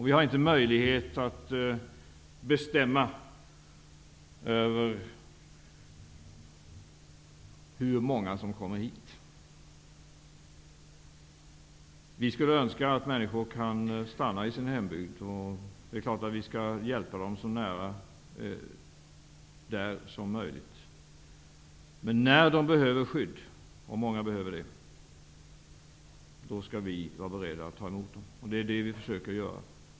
Vi har inte möjlighet att bestämma över hur många som kommer hit. Vi skulle önska att människor kunde stanna i sin hembygd. Det är klart att vi skall hjälpa dem så nära den som möjligt. Men när de behöver skydd, och många behöver det, skall vi vara beredda att ta emot dem. Det är det vi försöker göra.